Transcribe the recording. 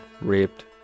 raped